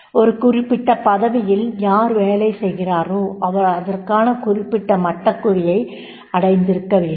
ஒரு குறிப்பிட்ட பதவி யில் யார் வேலை செய்கிறாரோ அவர் அதற்கான குறிப்பிட்ட மட்டக்குறி யை அடைந்திருக்கவேண்டும்